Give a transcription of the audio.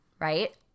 right